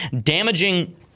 damaging